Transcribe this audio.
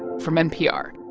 from npr.